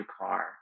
car